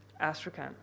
Astrakhan